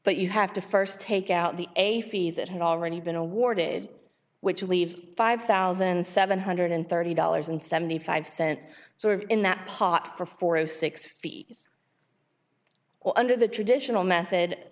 but you have to first take out the a fees that had already been awarded which leaves five thousand seven hundred thirty dollars and seventy five cents sort of in that pot for four of six feet under the traditional method